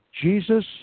Jesus